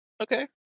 Okay